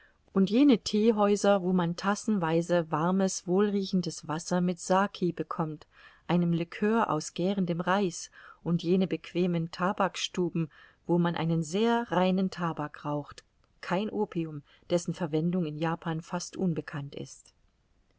und jene theehäuser wo man tassenweise warmes wohlriechendes wasser mit saki bekommt einem liqueur aus gährendem reis und jene bequemen tabaksstuben wo man einen sehr seinen tabak raucht kein opium dessen verwendung in japan fast unbekannt ist